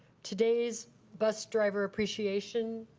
today's bus driver appreciation